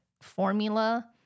formula